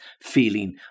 feeling